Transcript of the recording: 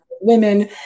women